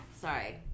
Sorry